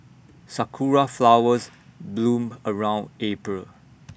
Sakura Flowers bloom around April